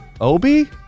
Obi